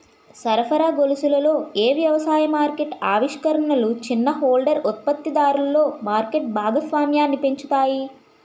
సరఫరా గొలుసులలో ఏ వ్యవసాయ మార్కెట్ ఆవిష్కరణలు చిన్న హోల్డర్ ఉత్పత్తిదారులలో మార్కెట్ భాగస్వామ్యాన్ని పెంచుతాయి?